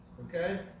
okay